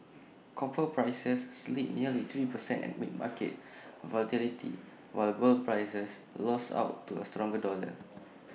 copper prices slid nearly three per cent amid market volatility while gold prices lost out to A stronger dollar